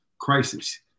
crisis